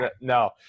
no